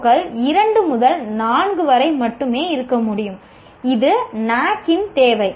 PSO கள் 2 முதல் 4 வரை மட்டுமே இருக்க முடியும் இது NAAC இன் தேவை